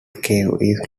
cave